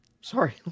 sorry